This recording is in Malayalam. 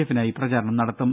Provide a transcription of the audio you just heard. എഫിനായി പ്രചാരണം നടത്തും